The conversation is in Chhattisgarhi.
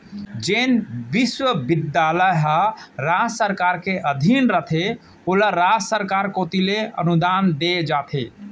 जेन बिस्वबिद्यालय ह राज सरकार के अधीन रहिथे ओला राज सरकार कोती ले अनुदान देय जाथे